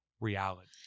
reality